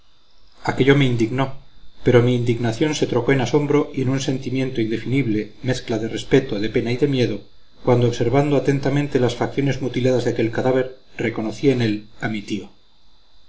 jaez aquello me indignó pero mi indignación se trocó en asombro y en un sentimiento indefinible mezcla de respeto de pena y de miedo cuando observando atentamente las facciones mutiladas de aquel cadáver reconocí en él a mi tío